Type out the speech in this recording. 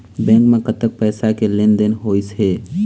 Bank म कतक पैसा के लेन देन होइस हे?